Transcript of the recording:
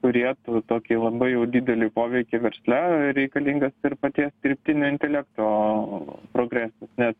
turėtų tokį labai jau didelį poveikį versle reikalingas ir paties dirbtinio intelekto progresas nes